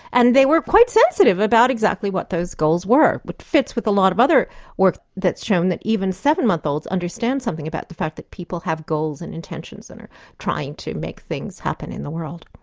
and they were quite sensitive about exactly what those goals were, which fits with a lot of other work that's shown that even seven month olds understanding something about the fact that people have goals and intentions and are trying to make things happen in the world.